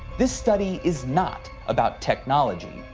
this study is not about technology.